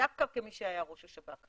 דווקא כמי שהיה ראש השב"כ,